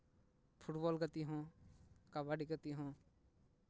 football ᱜᱟᱛᱮ ᱦᱚᱸ ᱠᱟᱵᱟᱰᱤ ᱜᱟᱛᱮ ᱦᱚᱸ